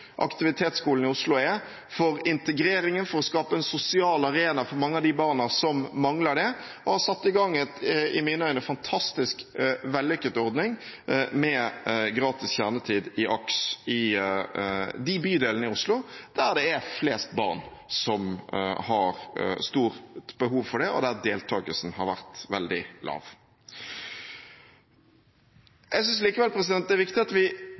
aktivitetsskolen i Oslo er for integreringen og for å skape en sosial arena for mange av de barna som mangler det, og som har satt i gang en i mine øyne fantastisk vellykket ordning med gratis kjernetid i AKS i de bydelene i Oslo der det er flest barn som har stort behov for det, og der deltakelsen har vært veldig lav. Jeg synes likevel det er viktig at vi,